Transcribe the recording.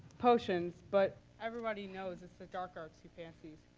potions but everybody knows it's the dark arts he fancies.